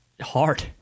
hard